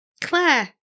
Claire